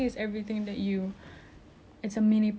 if you want like a bigger paradise people would say it's maldives